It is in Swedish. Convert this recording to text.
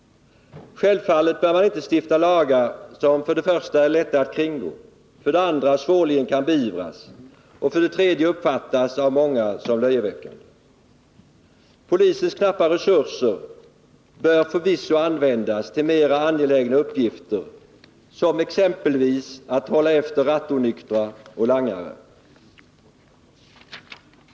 Självfallet bör man inte stifta lagar som för det första är lätta att kringgå, för det andra svårligen kan beivras och för det tredje uppfattas av många som löjeväckande. Polisens knappa resurser bör förvisso användas till mer angelägna uppgifter som exempelvis att hålla efter rattonyktra och langare.